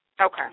Okay